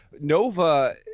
Nova